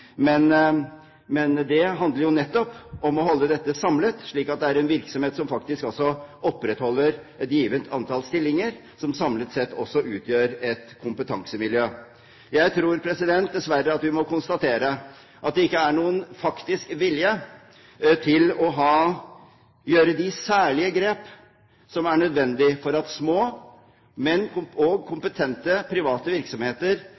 men det handler jo nettopp om å holde dette samlet, for det er en virksomhet som faktisk også opprettholder et gitt antall stillinger, som samlet sett også utgjør et kompetansemiljø. Jeg tror dessverre at vi må konstatere at det ikke er noen faktisk vilje til å gjøre de særlige grep som er nødvendig for at små og kompetente, private virksomheter